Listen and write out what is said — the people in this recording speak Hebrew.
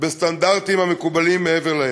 בסטנדרטים המקובלים מעבר לים.